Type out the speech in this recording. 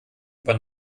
über